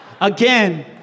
Again